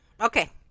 okay